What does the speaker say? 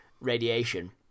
radiation